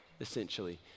essentially